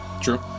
True